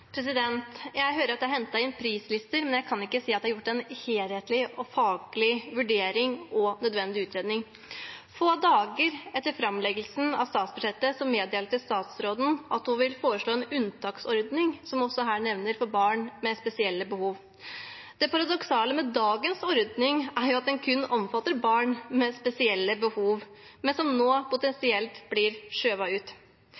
Jeg hører at det er hentet inn priser, men kan ikke se at det er gjort en helhetlig og faglig vurdering og nødvendig utredning. Få dager etter framleggelsen av statsbudsjettet meddelte statsråden at hun vil foreslå en unntaksordning, som hun også her nevner, for barn med spesielle behov. Det paradoksale med dagens ordning er jo at den kun omfatter barn med spesielle behov, men som nå potensielt blir skjøvet ut,